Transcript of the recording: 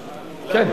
סליחה,